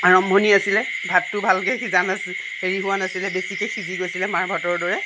আৰম্ভণি আছিলে ভাতটো ভালকৈ সিজা নাছিলে হেৰি হোৱা নাছিলে বেছিকৈ সিজি গৈছিলে মাৰভাতৰ দৰে